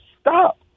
stop